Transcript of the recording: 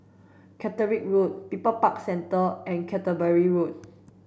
Caterick Road People's Park Centre and Canterbury Road